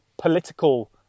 political